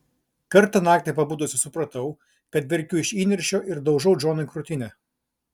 kartą naktį pabudusi supratau kad verkiu iš įniršio ir daužau džonui krūtinę